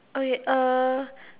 oh wait uh